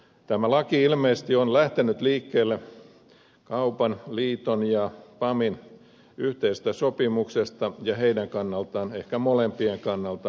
tämä laki ilmeisesti on lähtenyt liikkeelle kaupan liiton ja pamin yhteisestä sopimuksesta ja niiden kannalta ehkä molempien kannalta laki on perusteltu